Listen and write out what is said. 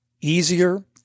easier